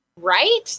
right